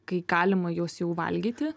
kai galima juos jau valgyti